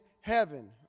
heaven